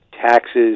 taxes